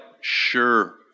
sure